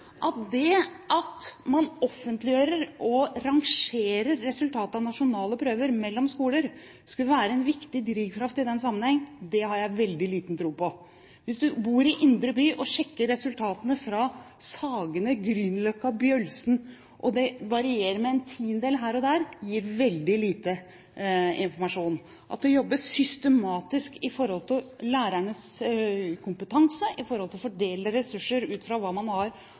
At det at man offentliggjør og rangerer resultatet av nasjonale prøver mellom skoler, skulle være en viktig drivkraft i den sammenheng, har jeg veldig liten tro på. Hvis du bor i indre by og sjekker resultatene fra Sagene, Grünerløkka og Bjølsen, og det varierer med en tiendedel her og der, gir det veldig lite informasjon. At det jobbes systematisk med lærernes kompetanse, med å fordele ressurser ut fra hva man har